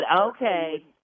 okay